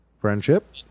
Friendship